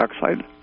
dioxide